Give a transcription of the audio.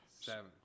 seven